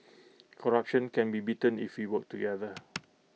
corruption can be beaten if we work together